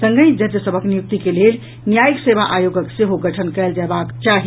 संगहि जज सभक नियुक्ति के लेल न्यायिक सेवा आयोगक सेहो गठन कयल जयबाक चाही